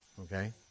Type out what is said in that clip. Okay